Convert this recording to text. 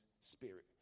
Spirit